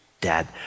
dad